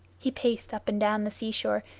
he paced up and down the sea-shore,